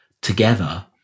Together